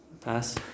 Pass